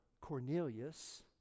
Cornelius